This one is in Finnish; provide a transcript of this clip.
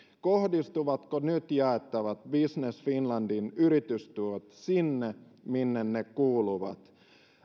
kohdistuvatko nyt jaettavat business finlandin yritystuet sinne minne ne kuuluvat